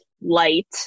light